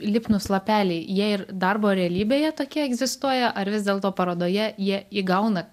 lipnūs lapeliai jie ir darbo realybėje tokie egzistuoja ar vis dėlto parodoje jie įgauna